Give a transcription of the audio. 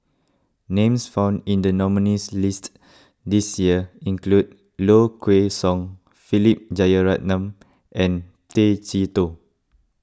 names found in the nominees' list this year include Low Kway Song Philip Jeyaretnam and Tay Chee Toh